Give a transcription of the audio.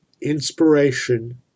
inspiration